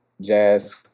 jazz